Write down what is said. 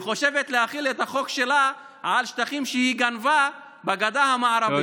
היא חושבת להחיל את החוק שלה על שטחים שהיא גנבה בגדה המערבית.